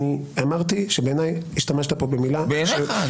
אמרתי שבעיניי השתמשת כאן במילה --- בעיניך.